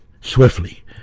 swiftly